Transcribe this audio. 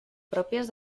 pròpies